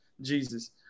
jesus